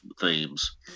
themes